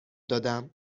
دادم